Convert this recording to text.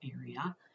area